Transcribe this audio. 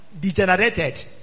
degenerated